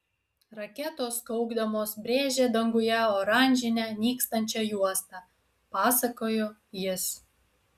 raketos kaukdamos brėžė danguje oranžinę nykstančią juostą pasakojo jis